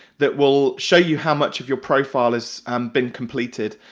that will show you how much of your profile has um been completed.